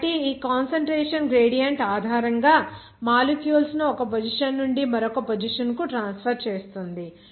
కాబట్టి ఆ concentration gradient ఆధారంగా మాలిక్యూల్స్ ను ఒక పొజిషన్ నుండి మరొక పొజిషన్ కు ట్రాన్స్ఫర్ చేస్తుంది